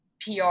pr